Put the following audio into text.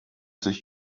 sich